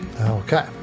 Okay